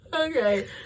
Okay